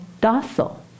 docile